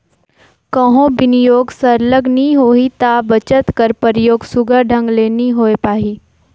कहों बिनियोग सरलग नी होही ता बचत कर परयोग सुग्घर ढंग ले नी होए पाही